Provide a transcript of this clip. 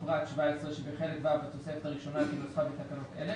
פרט 17 שבחלק ו' בתוספת הראשונה כנוסחה בתקנות אלה,